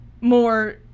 More